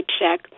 check